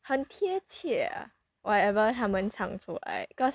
很贴切 ah whatever 他们唱出来 cause